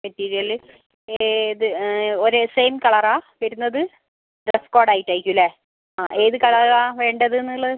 material ഏത് ഒരേ same colour ആണ് വരുന്നത് ഡ്രസ്സ് കോഡ് ആയിട്ടായിരിക്കും അല്ലേ ആ ഏത് കളർ ആണ് വേണ്ടത് എന്നുള്ളത്